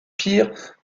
pire